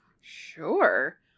Sure